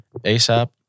ASAP